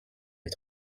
est